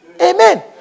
Amen